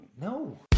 No